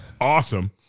awesome